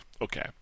Okay